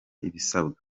ibisabwa